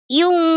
yung